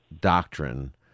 doctrine